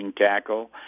tackle